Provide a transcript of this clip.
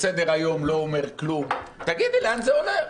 שסדר-היום לא אומר כלום תגיד לי לאן זה הולך?